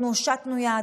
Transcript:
אנחנו הושטנו יד.